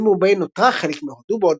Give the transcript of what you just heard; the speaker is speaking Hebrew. נשיאות בומביי נותרה חלק מהודו,